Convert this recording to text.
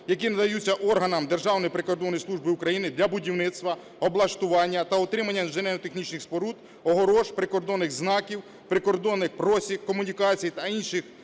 які надаються органам Державної прикордонної служби України для будівництва, облаштування та утримання інженерно-технічних споруд, огорож, прикордонних знаків, прикордонних просік, комунікацій та інших